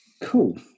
cool